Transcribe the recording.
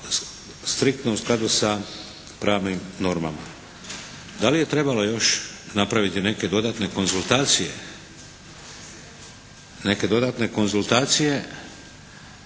striktno u skladu sa pravnim normama. Da li je trebala još napraviti neke dodatne konzultacije. Te dodatne konzultacije